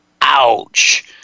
Ouch